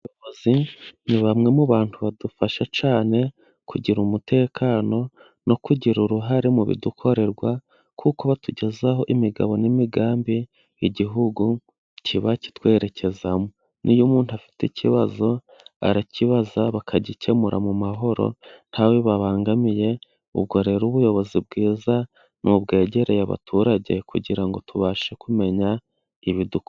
Abayobozi ni bamwe mu bantu badufasha cyane kugira umutekano no kugira uruhare mu bidukorerwa kuko batugezaho imigabo n'imigambi igihugu kiba kitwerekezamo, niyo umuntu afite ikibazo arakibaza bakagikemura mu mahoro ntawe babangamiye, ubwo rero ubuyobozi bwiza ni ubwegereye abaturage kugira ngo tubashe kumenya ibidukorerwa.